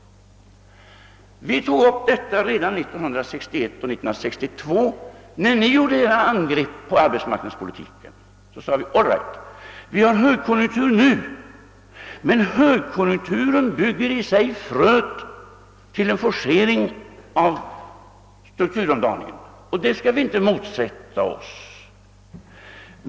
Vi tog upp detta spörsmål redan 1961—1962. När ni gjorde era angrepp på arbetsmarknadspolitiken sade vi oss, att vi visserligen nu har en högkonjunktur men att denna i sig rymmer fröet till en forcering av strukturomdaningen. Det skall vi inte motsätta oss.